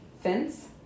fence